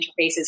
interfaces